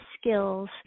skills